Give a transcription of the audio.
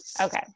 Okay